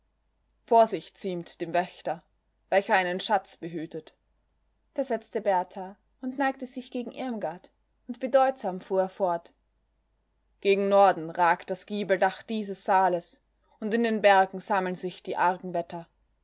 vorsicht ziemt dem wächter welcher einen schatz behütet versetzte berthar und neigte sich gegen irmgard und bedeutsam fuhr er fort gegen norden ragt das giebeldach dieses saales und in den bergen sammeln sich die argen wetter